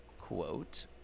quote